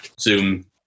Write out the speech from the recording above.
Zoom